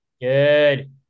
good